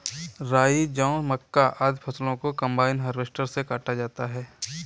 राई, जौ, मक्का, आदि फसलों को कम्बाइन हार्वेसटर से काटा जाता है